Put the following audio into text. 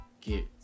get